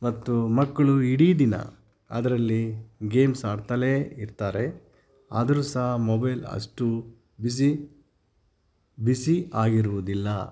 ಮತ್ತು ಮಕ್ಕಳು ಇಡೀ ದಿನ ಅದರಲ್ಲಿ ಗೇಮ್ಸ್ ಆಡ್ತಲೇಯಿರ್ತಾರೆ ಆದರೂ ಸಹ ಮೊಬೈಲ್ ಅಷ್ಟು ಬಿಜಿ ಬಿಸಿ ಆಗಿರುವುದಿಲ್ಲ